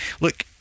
look